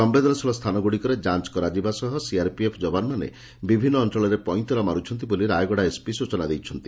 ସମ୍ଭେଦନଶୀଳ ସ୍ଥାନଗୁଡ଼ିକରେ ଯାଞ୍ କରାଯିବା ସହ ସିଆର୍ପିଏଫ୍ ଯବାନମାନେ ବିଭିନ୍ନ ଅଅଳରେ ପଇଁତରା ମାରୁଛନ୍ତି ବୋଲି ରାୟଗଡ଼ା ଏସ୍ପି ସୂଚନା ଦେଇଛନ୍ତି